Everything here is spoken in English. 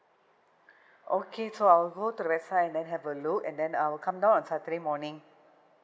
okay so I'll go to the website and then have a look and then I'll come down on saturday morning